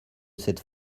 cette